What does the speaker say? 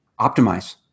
optimize